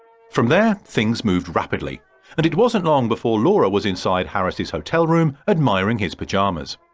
from there thigs moved rapidly and it wasn't long before laura was inside harris's hotel room admiring his pyjamas.